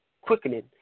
quickening